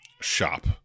shop